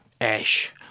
Ash